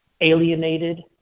alienated